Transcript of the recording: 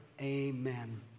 Amen